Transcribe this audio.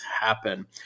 happen